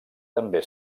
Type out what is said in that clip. també